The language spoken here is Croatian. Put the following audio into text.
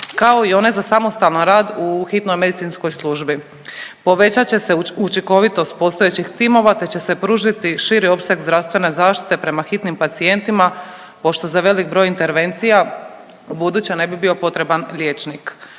kao i one za samostalan rad u hitnoj medicinskoj službi. Povećat će se učinkovitost postojećih timova, te će se pružiti širi opseg zdravstvene zaštite prema hitnim pacijentima pošto za velik broj intervencija u buduće ne bi bio potreban liječnik.